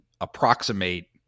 approximate